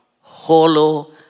hollow